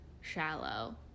shallow